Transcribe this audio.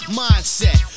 mindset